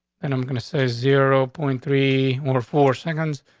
and i'm gonna say zero point three or four seconds,